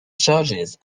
charges